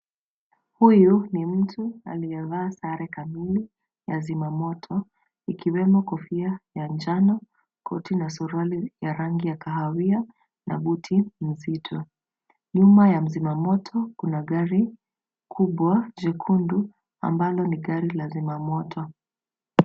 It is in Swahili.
Huyu ni mtu aliyevaa sare kamili ya zimamoto, ikiwemo kofia ya njani, koti na suruali ya rangi ya kahawia na buti nzito. Nyuma ya mzimamoto kuna gari kubwa jekundu ambalo ni gari la zimamoto.